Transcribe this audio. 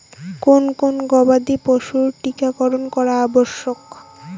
কোন কোন গবাদি পশুর টীকা করন করা আবশ্যক?